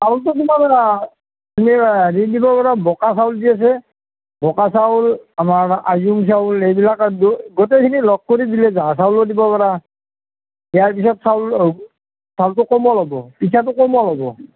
চাউলটো তোমাৰ হেৰি কি কৰিব পাৰা বগা চাউল দিয়ে যে বগা চাউল আমাৰ আইজং চাউল এইবিলাক গোটেইখিনি লগ কৰি দিলে হ'ল জহা চাউলো দিব পাৰা